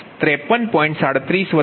3752